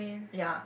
ya